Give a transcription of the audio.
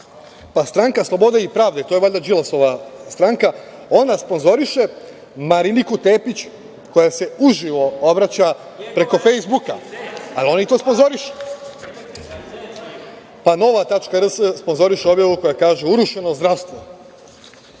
Stranka slobode i pravde, to je valjda Đilasova stranka, ona sponzoriše Mariniku Tepić koja se uživo obraća preko „Fejsbuka“, ali oni to sponzorišu. Pa, „Nova.rs“ sponzoriše objavu koja kaže, „Urušeno zdravstvo“.Pa,